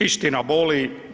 Istina boli.